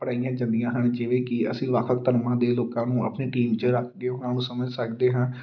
ਅਪਣਾਈਆਂ ਜਾਂਦੀਆਂ ਹਨ ਜਿਵੇਂ ਕਿ ਅਸੀਂ ਵੱਖ ਵੱਖ ਧਰਮਾਂ ਦੇ ਲੋਕਾਂ ਨੂੰ ਆਪਣੀ ਟੀਮ 'ਚ ਰੱਖ ਕੇ ਉਹਨਾਂ ਨੂੰ ਸਮਝ ਸਕਦੇ ਹਾਂ